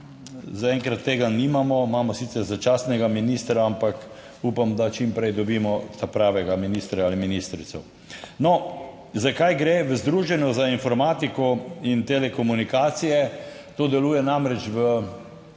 Zaenkrat tega nimamo. Imamo sicer začasnega ministra, ampak upam, da čim prej dobimo pravega ministra ali ministrico. No, za kaj gre? V Združenju za informatiko in telekomunikacije, to deluje namreč v